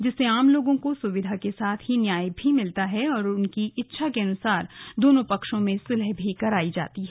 जिससे आम लोगों को सुविधा के साथ ही न्याय भी मिलता है और उनकी इच्छा के अनुसार दोनों पक्षों में सुलह कराया जाता है